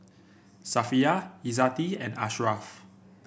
Safiya Izzati and Ashraf